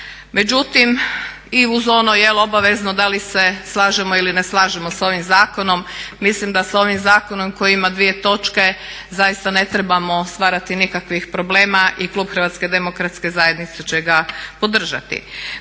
međutim i uz ono jel' obavezno da li se slažemo ili ne slažemo s ovim zakonom, mislim da se ovim zakonom koji ima dvije točke zaista ne trebamo stvarati nikakvih problema i klub HDZ-a će ga podržati.